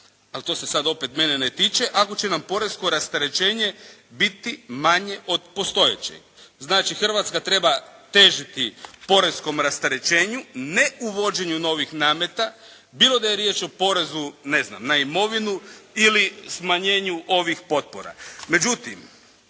ali to se sad opet mene ne tiče, ako će nam poresko rasterećenje biti manje od postojećeg. Znači, Hrvatska treba težiti poreskom rasterećenju, ne uvođenju novih nameta bilo da je riječ o porezu ne znam na imovinu, ili smanjenju ovih potpora.